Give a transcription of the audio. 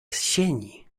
sieni